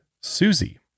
Susie